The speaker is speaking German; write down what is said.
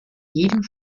jedem